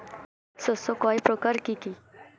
শস্য কয় প্রকার কি কি?